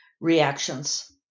reactions